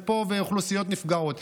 ואוכלוסיית נפגעות.